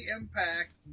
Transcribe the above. Impact